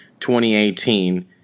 2018